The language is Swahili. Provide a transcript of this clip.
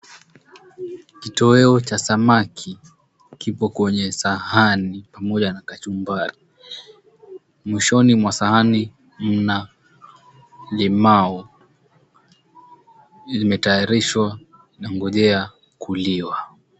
Kitoweo cha samaki kipo kwenye sahani pamoja na kachumbari. Mwishoni mwa sahani mna limau limetayarishwa linangojea kuliwa.